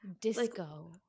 disco